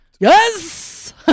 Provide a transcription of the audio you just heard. Yes